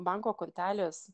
banko kortelės